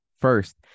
first